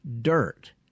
dirt